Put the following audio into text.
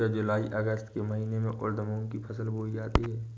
क्या जूलाई अगस्त के महीने में उर्द मूंग की फसल बोई जाती है?